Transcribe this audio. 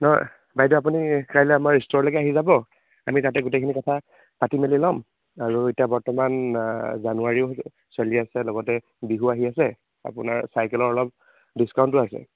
হয় বাইদেউ আপুনি কাইলৈ আমাৰ ষ্ট'ৰলৈকে আহি যাব আমি তাতে গোটেইখিনি কথা পাতি মেলি ল'ম আৰু এতিয়া বৰ্তমান জানুৱাৰীও চলি আছে লগতে বিহু আহি আছে আপোনাৰ চাইকেলৰ অলপ ডিচকাউণ্টো আছে